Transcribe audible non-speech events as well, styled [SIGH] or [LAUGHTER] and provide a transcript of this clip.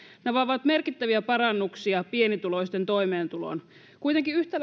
nämä ovat merkittäviä parannuksia pienituloisten toimeentuloon kuitenkin yhtä [UNINTELLIGIBLE]